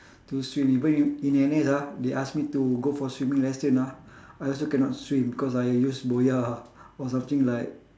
to swim even in in N_S ah they ask me to go for swimming lesson ah I also cannot swim because I use boya ah or something like